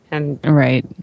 Right